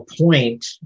point